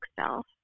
self